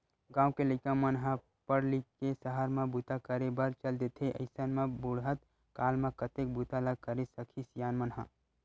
गाँव के लइका मन ह पड़ लिख के सहर म बूता करे बर चल देथे अइसन म बुड़हत काल म कतेक बूता ल करे सकही सियान मन ह